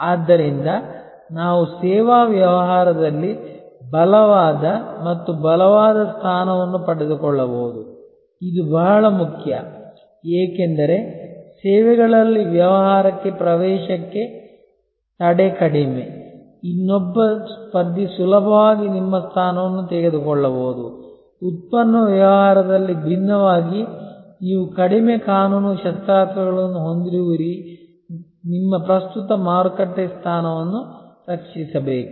ಆದ್ದರಿಂದ ನಾವು ಸೇವಾ ವ್ಯವಹಾರದಲ್ಲಿ ಬಲವಾದ ಮತ್ತು ಬಲವಾದ ಸ್ಥಾನವನ್ನು ಪಡೆದುಕೊಳ್ಳಬಹುದು ಇದು ಬಹಳ ಮುಖ್ಯ ಏಕೆಂದರೆ ಸೇವೆಗಳಲ್ಲಿ ವ್ಯವಹಾರಕ್ಕೆ ಪ್ರವೇಶಕ್ಕೆ ತಡೆ ಕಡಿಮೆ ಇನ್ನೊಬ್ಬ ಸ್ಪರ್ಧಿ ಸುಲಭವಾಗಿ ನಿಮ್ಮ ಸ್ಥಾನವನ್ನು ತೆಗೆದುಕೊಳ್ಳಬಹುದು ಉತ್ಪನ್ನ ವ್ಯವಹಾರದಲ್ಲಿ ಭಿನ್ನವಾಗಿ ನೀವು ಕಡಿಮೆ ಕಾನೂನು ಶಸ್ತ್ರಾಸ್ತ್ರಗಳನ್ನು ಹೊಂದಿರುವಿರಿ ನಿಮ್ಮ ಪ್ರಸ್ತುತ ಮಾರುಕಟ್ಟೆ ಸ್ಥಾನವನ್ನು ರಕ್ಷಿಸಬೇಕು